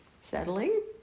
Settling